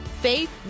Faith